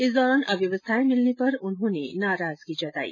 इस दौरान अव्यवस्थाएं मिलने पर उन्होंने नाराजगी जताई